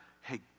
hey